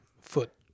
Foot